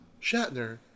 Shatner